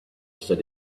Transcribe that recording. said